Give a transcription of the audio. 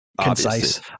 concise